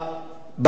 בבלגן הזה.